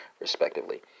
respectively